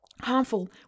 harmful